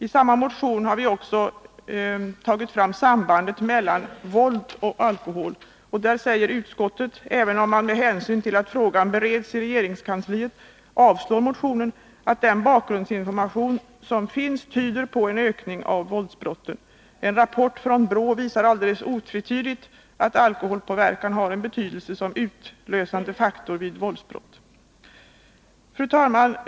I samma motion har vi också pekat på sambandet mellan alkohol och våld. Utskottet säger här, även om man med hänsyn till att frågan bereds i regeringskansliet avstyrker motionen, att den bakgrundsinformation som finns tyder på en ökning av våldsbrotten. En rapport från BRÅ visar alldeles otvetydigt att alkoholpåverkan har stor betydelse som utlösande faktor vid våldsbrott. Fru talman!